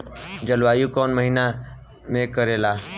जलवायु कौन महीना में करेला?